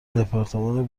دپارتمان